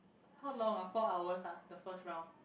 how long ah four hours ah the first round